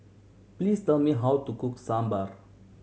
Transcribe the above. please tell me how to cook Sambar